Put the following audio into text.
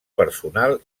personal